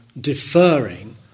deferring